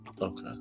Okay